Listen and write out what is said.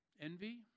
Envy